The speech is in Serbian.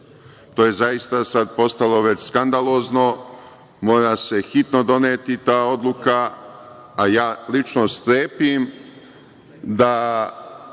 To je zaista sad postalo već skandalozno. Mora se hitno doneti ta odluka, a ja lično strepim da